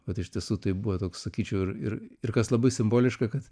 vat iš tiesų tai buvo toks sakyčiau ir ir ir kas labai simboliška kad